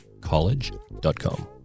college.com